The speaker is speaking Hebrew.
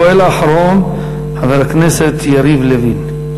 השואל האחרון, חבר הכנסת יריב לוין.